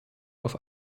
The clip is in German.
auf